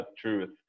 truth